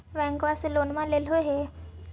बैंकवा से लोनवा लेलहो हे?